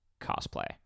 cosplay